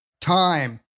time